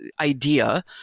idea